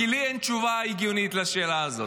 כי לי אין תשובה הגיונית לשאלה הזאת.